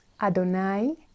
ADONAI